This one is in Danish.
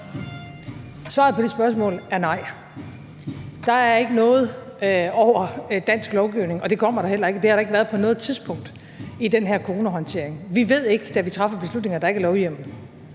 Svaret på det spørgsmål er nej. Der er ikke noget over dansk lovgivning, og det kommer der heller ikke, og det har der ikke været på noget tidspunkt i den her coronahåndtering. Vi ved ikke, da vi træffer beslutningen, at der ikke er lovhjemmel.